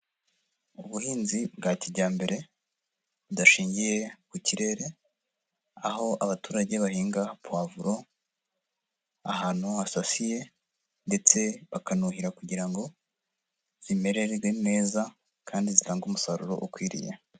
Ubuhinzi bwa kijyambere budashingiye ku kirere, aho abaturage bahinga puwavuro ahantu hasasiye ndetse bakanuhira kugira ngo zimererwe neza kandi zitange umusaruro ukwiriye.